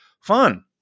fun